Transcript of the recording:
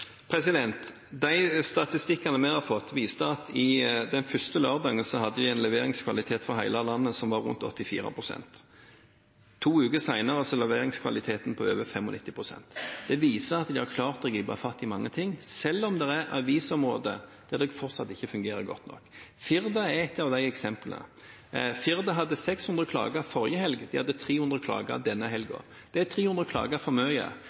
De statistikkene vi har fått, viste at den første lørdagen hadde man en leveringskvalitet for hele landet som var på rundt 84 pst. To uker senere er leveringskvaliteten på over 95 pst. Det viser at de har klart å gripe fatt i mange ting, selv om det er avisområder der det fortsatt ikke fungerer godt nok. Firda er ett av de eksemplene. Firda hadde 600 klager forrige helg – de hadde 300 klager denne helgen. Det er 300 klager for